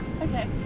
okay